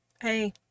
hey